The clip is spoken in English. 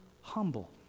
humble